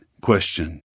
Question